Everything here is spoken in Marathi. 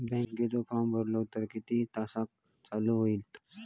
बँकेचो फार्म भरलो तर किती तासाक चालू होईत?